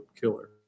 killer